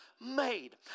made